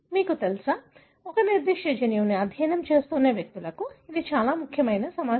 మీకు తెలుసా ఒక నిర్దిష్ట జన్యువును అధ్యయనం చేస్తున్న వ్యక్తులకు ఇది చాలా చాలా ముఖ్యమైన సమాచారం